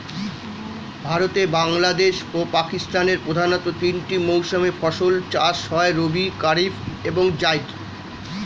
ভারতে, বাংলাদেশ ও পাকিস্তানের প্রধানতঃ তিনটি মৌসুমে ফসল চাষ হয় রবি, কারিফ এবং জাইদ